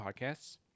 podcasts